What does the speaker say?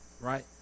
right